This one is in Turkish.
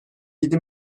yedi